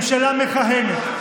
ממשלה מכהנת,